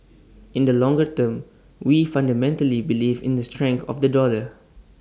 in the longer term we fundamentally believe in the strength of the dollar